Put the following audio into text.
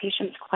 patients